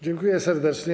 Dziękuję serdecznie.